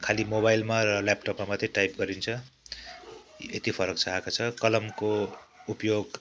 खालि मोबाइलमा र ल्यापटपमा मात्रै टाइप गरिन्छ यति फरक चाहिँ आएको छ कलमको उपयोग